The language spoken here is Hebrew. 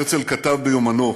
הרצל כתב ביומנו: